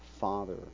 Father